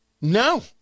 No